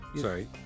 Sorry